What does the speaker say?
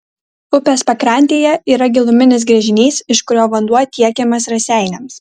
upės pakrantėje yra giluminis gręžinys iš kurio vanduo tiekiamas raseiniams